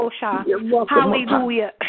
Hallelujah